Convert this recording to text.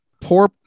poor